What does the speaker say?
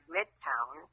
Midtown